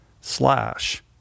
slash